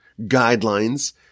Guidelines